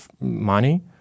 money